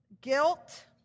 guilt